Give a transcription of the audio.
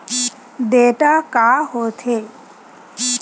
Data का होथे?